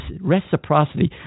reciprocity